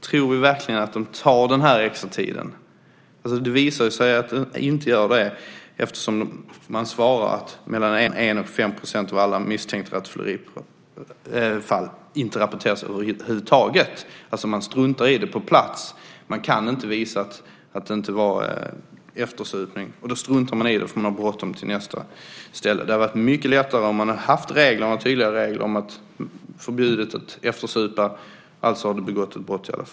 Tror vi verkligen att de tar sig tid till detta? Det visar sig att de inte gör det eftersom de flesta polisdistrikt svarar att mellan 1 % och 5 % av alla misstänkta rattfyllerifall inte rapporteras över huvud taget. Man struntar alltså i det på plats. Man kan inte visa att det inte var eftersupning, och då struntar man i det därför att man har bråttom till nästa ställe. Det hade varit mycket lättare om man hade haft tydliga regler om att det är förbjudet att eftersupa och att man alltså har begått ett brott ändå.